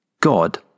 God